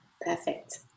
perfect